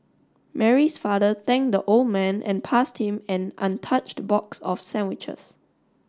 Mary's father thanked the old man and passed him an untouched box of sandwiches